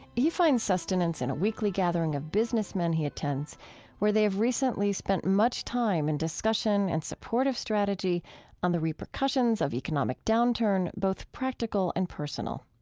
he finds sustenance in a weekly gathering of businessmen he attends where they have recently spent much time in discussion and supportive strategy on the repercussions of economic downturn both practical and personal.